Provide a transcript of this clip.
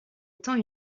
étant